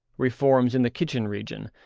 reforms in the kitchen region,